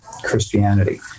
christianity